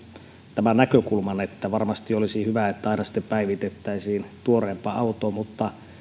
tämän näkökulman että varmasti olisi hyvä että aina sitten päivitettäisiin tuoreempaan autoon mutta kannan